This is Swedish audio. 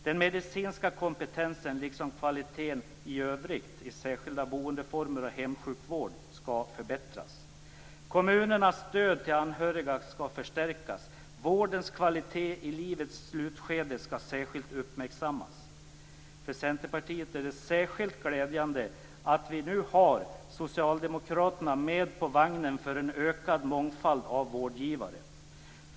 Den medicinska kompetensen liksom kvaliteten i övrigt i särskilda boendeformer och hemsjukvård skall förbättras. Kommunernas stöd till anhöriga skall förstärkas. Vårdens kvalitet i livets slutskede skall särskilt uppmärksammas. För Centerpartiet är det särskilt glädjande att vi har socialdemokraterna med på vagnen för en ökad mångfald av vårdgivare.